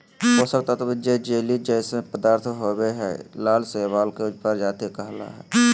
पोषक तत्त्व जे जेली जइसन पदार्थ होबो हइ, लाल शैवाल के प्रजाति कहला हइ,